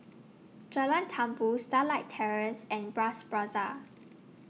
Jalan Tambur Starlight Terrace and Bras Basah